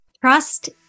Trust